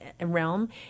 realm